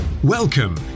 Welcome